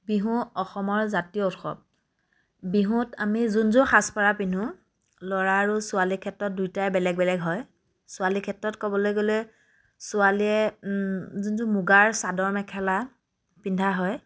বিহু অসমৰ জাতীয় উৎসৱ বিহুত আমি যোনজোৰ সাজপাৰ পিন্ধো ল'ৰা আৰু ছোৱালীৰ ক্ষেত্ৰত দুয়োটাই বেলেগ বেলেগ হয় ছোৱালীৰ ক্ষেত্ৰত ক'বলৈ গ'লে ছোৱালীয়ে যোনজোৰ মুগাৰ চাদৰ মেখেলা পিন্ধা হয়